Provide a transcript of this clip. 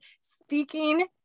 speaking